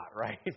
right